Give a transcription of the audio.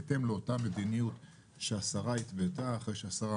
בהתאם לאותה מדיניות שהשרה התוותה אחרי שהשרה